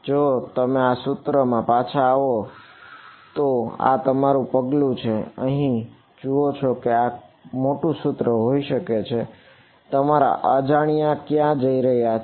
જો તમે આ સૂત્રમાં પાછા આવો તો આ તમારું પગલું છે અહીં જુઓ અહીં આ મોટું સૂત્ર હોઈ શકે છે તમારા અજાણ્યા ક્યાં જઈ રહ્યા છે